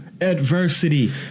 adversity